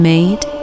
Made